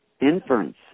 inference